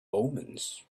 omens